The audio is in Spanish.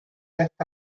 esta